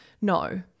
no